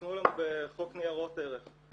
שניתנו לנו בחוק ניירות ערך.